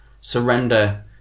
surrender